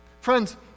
Friends